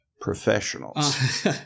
professionals